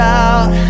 out